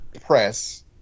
press